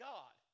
God